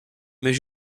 mais